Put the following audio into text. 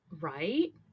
Right